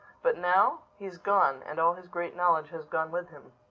but now he's gone! and all his great knowledge has gone with him.